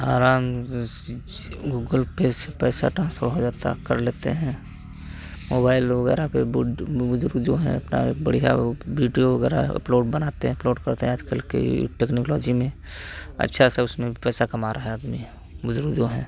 आराम जैसे जैसे गूगलपे से पैसा ट्रांसफ़र हो जाता कर लेते हैं मोबाइल वगैरह पे बुजुर्ग जो हैं अपना बढ़िया वो वीडियो वगैरह अपलोड बनाते हैं अपलोड करते हैं आज कल की टेक्नोलॉजी में अच्छा सा उसमें भी पैसा कमा रहा है आदमी बुज़ुर्ग जो हैं